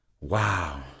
Wow